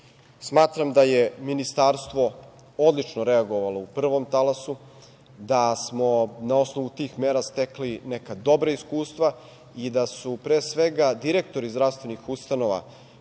Smatram da je Ministarstvo odlično reagovalo u prvom talasu, da smo na osnovu tih mera stekli neka dobra iskustva i da su pre svega direktori zdravstvenih ustanova